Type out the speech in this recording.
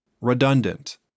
Redundant